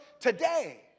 today